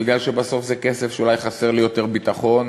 כי בסוף זה כסף שאולי חסר ליותר ביטחון,